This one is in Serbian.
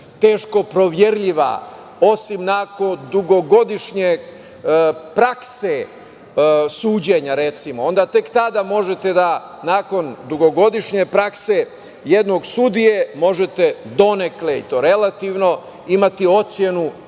teško proverljiva, osim nakon dugogodišnje prakse suđenja, recimo. Onda tek tada možete da nakon dugogodišnje prakse jednog sudije možete donekle, i to relativno, imati ocenu